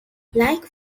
like